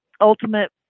ultimate